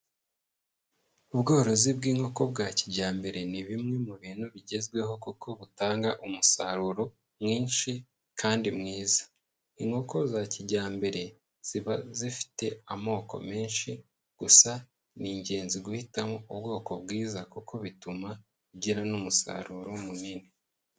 Ubworozi bw'inkoko bwa kijyambere ni bimwe mu bintu bigezweho kuko butanga umusaruro mwinshi kandi mwiza, inkoko za kijyambere ziba zifite amoko menshi, gusa ni ingenzi guhitamo ubwoko bwiza kuko bituma ugira n'umusaruro munini.